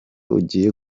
ugiye